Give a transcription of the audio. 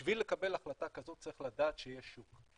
בשביל לקבל החלטה כזו צריך לדעת שיש שוק.